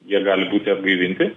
jie gali būti atgaivinti